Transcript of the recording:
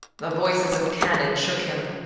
the voices of cannon shook him.